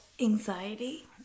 anxiety